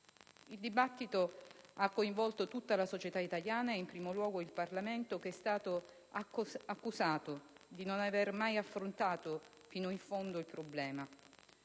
Il dibattito ha coinvolto tutta la società italiana e in primo luogo il Parlamento, che è stato accusato di non aver mai affrontato fino in fondo il problema.